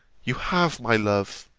you have my love!